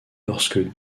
lorsque